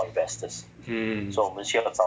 mm